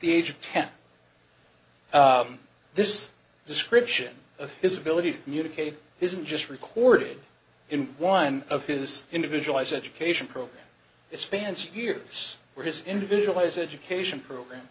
the age of ten this description of his ability to communicate isn't just recorded in one of his individualized education program it spans years where his individualized education program